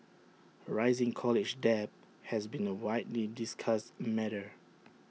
A rising college debt has been A widely discussed matter